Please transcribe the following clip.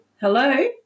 Hello